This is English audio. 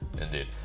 Indeed